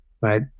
right